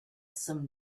some